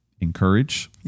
encourage